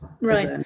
right